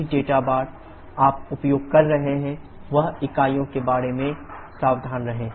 जो भी data table आप उपयोग कर रहे हैं वह इकाइयों के बारे में सावधान रहें